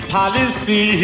Policy